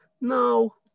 no